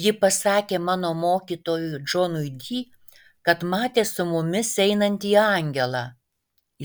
ji pasakė mano mokytojui džonui di kad matė su mumis einantį angelą